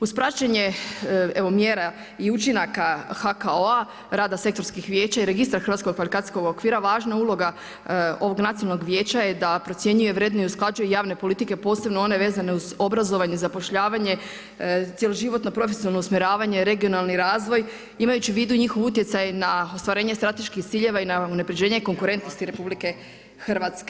Uz praćenje mjera i učinaka HKO-a rada sektorskih vijeća i registar hrvatskog kvalifikacijskog okvira, važna uloga ovog nacionalnog vijeća je da procjenjuje, vrednuje i usklađuje javne politike posebno one vezane uz obrazovanje, zapošljavanje, cjeloživotno profesionalno usmjeravanje, regionalni razvoj, imajuću u vidu njihov i utjecaj na ostvarenje strateških ciljeva i na unapređenje konkurentnosti RH.